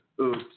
Oops